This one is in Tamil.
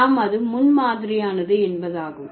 நாம் அது முன் மாதிரியானது என்பதாகும்